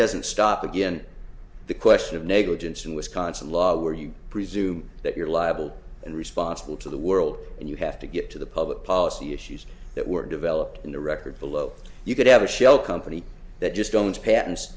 doesn't stop again the question of negligence in wisconsin law where you presume that you're liable and responsible to the world and you have to get to the public policy issues that were developed in the record below you could have a shell company that just don't pat